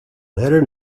later